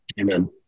Amen